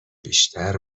بیشتر